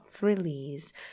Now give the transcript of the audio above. release